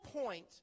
point